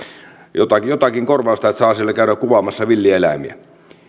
jotakin jotakin korvausta että saavat siellä käydä kuvaamassa villieläimiä